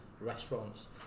restaurants